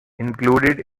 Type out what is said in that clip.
included